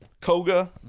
Koga